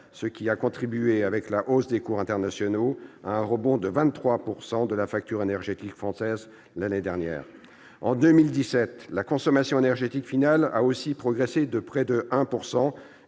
ce qui a contribué, avec la hausse des cours internationaux, à un rebond de 23 % de la facture énergétique française l'année dernière. En 2017, la consommation énergétique finale a aussi progressé de près de 1